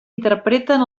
interpreten